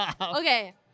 Okay